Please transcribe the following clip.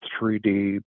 3d